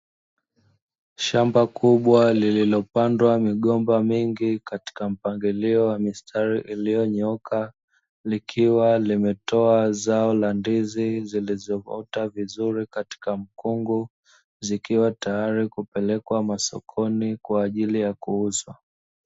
Shamba kubwa lililopandwa migomba mingi katika mpangilio wa mistari iliyonyooka, likiwa limetoa zao la ndizi zilizoota vizuri katika mkungu, zikiwa tayari kupelekwa masokoni kwa ajili ya kuuzwa.